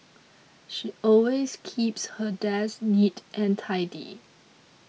she always keeps her desk neat and tidy